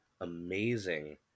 amazing